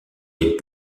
des